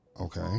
Okay